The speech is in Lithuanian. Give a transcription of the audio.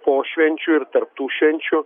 po švenčių ir tarp tų švenčių